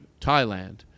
Thailand